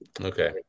Okay